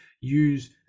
use